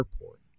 airport